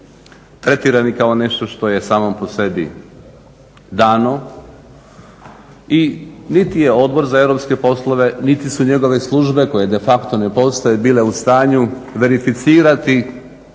tretirani kao nešto što je samo po sebi dano. I niti je Odbor za europske poslove, niti su njegove službe koje de facto ne postoje bile u stanju verificirati,